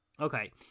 Okay